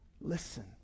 listen